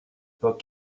pas